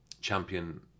champion